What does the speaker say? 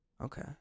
okay